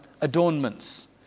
adornments